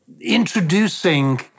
introducing